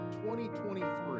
2023